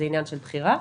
זה עניין של בחירה.